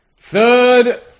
Third